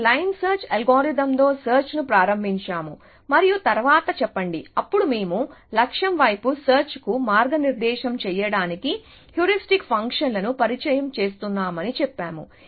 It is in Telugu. మేము లైన్ సెర్చ్ అల్గోరిథం తో సెర్చ్ ను ప్రారంభించాము మరియు తరువాత చెప్పండి అప్పుడు మేము లక్ష్యం వైపు సెర్చ్ కు మార్గనిర్దేశం చేయడానికి హ్యూరిస్టిక్ ఫంక్షన్లను పరిచయం చేస్తున్నామని చెప్పాము